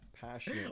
passion